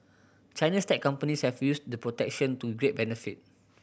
China's tech companies have used the protection to great benefit